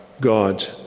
God